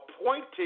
appointed